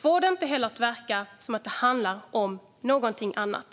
Få det inte att verka som att det handlar om någonting annat!